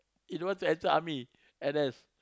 he don't want to enter army N_S